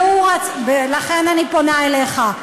לסעיף 52. לכן אני פונה אליך.